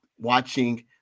watching